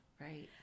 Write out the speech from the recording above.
Right